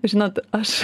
žinot aš